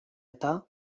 eta